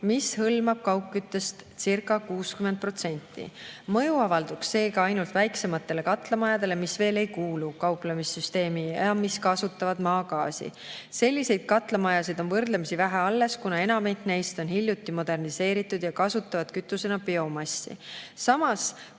mis hõlmab kaugküttestcirca60%. Mõju avalduks seega ainult väiksematele katlamajadele, mis veel ei kuulu kauplemissüsteemi ja mis kasutavad maagaasi. Selliseid katlamajasid on võrdlemisi vähe alles, kuna enamik neist on hiljuti moderniseeritud ja kasutavad kütusena biomassi. Samas